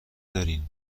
دارین